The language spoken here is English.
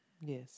yes